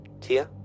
Tia